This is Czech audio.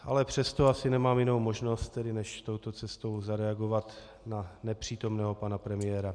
Ale přesto asi nemám jinou možnost, než touto cestou zareagovat na nepřítomného pana premiéra.